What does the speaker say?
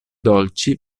dolci